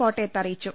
കോട്ടയത്ത് അറിയിച്ചു